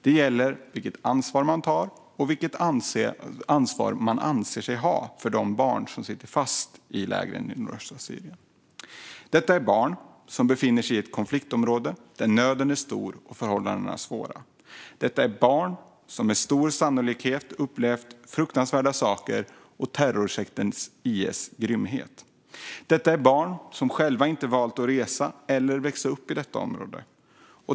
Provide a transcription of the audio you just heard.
Det gäller vilket ansvar man tar och vilket ansvar man anser sig ha för de barn som sitter fast i lägren i nordöstra Syrien. Detta är barn som befinner sig i ett konfliktområde där nöden är stor och förhållandena svåra. Detta är barn som med stor sannolikhet sett fruktansvärda saker och upplevt terrorsekten IS grymhet. Detta är barn som inte själva valt att resa eller växa upp i detta område.